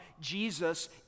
Jesus